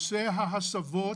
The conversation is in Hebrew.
ההסבות